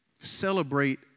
celebrate